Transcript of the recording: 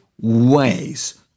ways